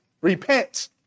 Repent